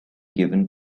given